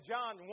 John